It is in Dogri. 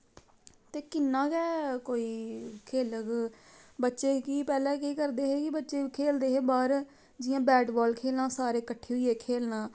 ते किन्ना गै कोई खेलग बच्चे की पैह्लै केह् करदे हे कि बच्चे खेलदे हे बाह्र जि'यां बैट बॉल खेलना सारे कट्ठे होईयै खेलना